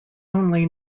only